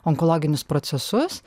onkologinius procesus